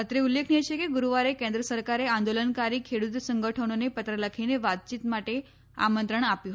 અત્રે ઉલ્લેખનિય છે કે ગુરૂવારે કેન્દ્ર સરકારે આંદોલનકારી ખેડૂત સંગઠનોને પત્ર લખીને વાતચીત માટે આમંત્રણ આપ્યું હતું